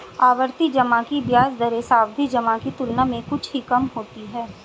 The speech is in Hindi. आवर्ती जमा की ब्याज दरें सावधि जमा की तुलना में कुछ ही कम होती हैं